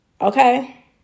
Okay